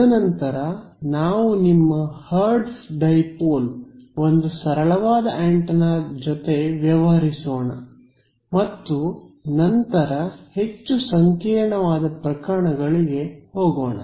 ತದನಂತರ ನಾವು ನಿಮ್ಮ ಹರ್ಟ್ಜ್ ಡೈಪೋಲ್ ಒಂದು ಸರಳವಾದ ಆಂಟೆನಾದ ಜೊತೆ ವ್ಯವಹರಿಸೋಣ ಮತ್ತು ನಂತರ ಹೆಚ್ಚು ಸಂಕೀರ್ಣವಾದ ಪ್ರಕರಣಗಳಿಗೆ ಹೋಗೋಣ